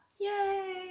Yay